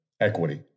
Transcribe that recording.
equity